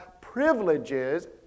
privileges